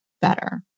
better